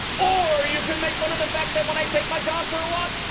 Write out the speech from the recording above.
or you could make fun of the fact that when i take my dog for a walk,